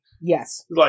Yes